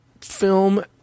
film